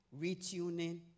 retuning